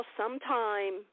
sometime